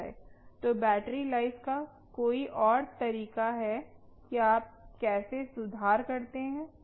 तो battery life का कोई और तरीका है कि आप कैसे सुधार करते हैं